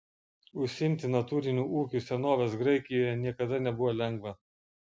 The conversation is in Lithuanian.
užsiimti natūriniu ūkiu senovės graikijoje niekada nebuvo lengva